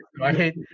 right